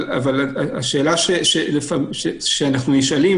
אבל השאלה שאנחנו נשאלים,